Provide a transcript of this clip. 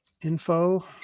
Info